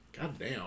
goddamn